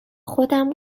خودم